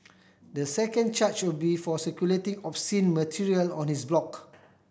the second charge will be for circulating obscene material on his blog